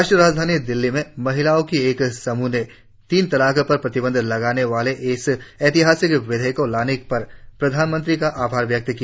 राष्ट्रीय राजधानी दिल्ली में महिलाओं के एक समूह ने तीन तलाक पर प्रतिबंध लगाने वाले इस ऐतिहासिक विधेयक को लाने पर प्रधानमंत्री का आभार व्यक्त किया